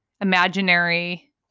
imaginary